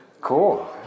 Cool